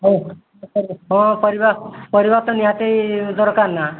ହଉ ହଁ ପରିବା ପରିବା ତ ନିହାତି ଦରକାର ନା